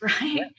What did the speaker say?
Right